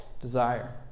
desire